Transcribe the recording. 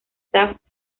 staff